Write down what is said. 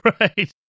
Right